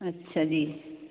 ਅੱਛਾ ਜੀ